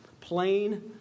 plain